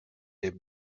den